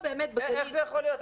איך זה יכול להיות?